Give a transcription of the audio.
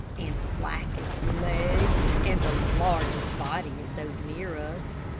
and the blackest legs, and largest body of those near us.